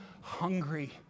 hungry